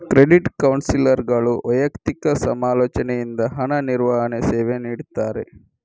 credit ಕೌನ್ಸಿಲರ್ಗಳು ವೈಯಕ್ತಿಕ ಸಮಾಲೋಚನೆಯಿಂದ ಹಣ ನಿರ್ವಹಣೆ ಸೇವೆ ನೀಡ್ತಾರೆ